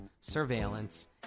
surveillance